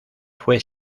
fue